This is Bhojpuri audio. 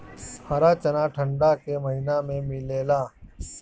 हरा चना ठंडा के महिना में मिलेला